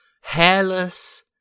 hairless